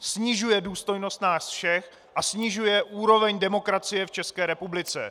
Snižuje důstojnost nás všech a snižuje úroveň demokracie v České republice.